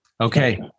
Okay